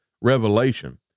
revelation